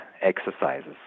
exercises